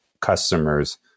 customers